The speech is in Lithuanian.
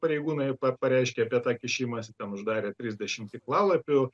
pareigūnai pa pareiškė apie tą kišimąsi ten uždarė trisdešimt tinklalapių